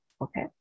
Okay